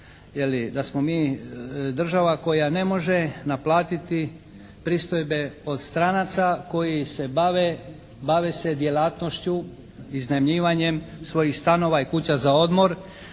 da smo mi država koja ne može naplatiti pristojbe od stranaca koji se bave, bave se djelatnošću iznajmljivanjem svojih stanova i kuća za odmor,